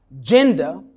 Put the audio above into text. gender